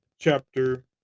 Chapter